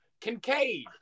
Kincaid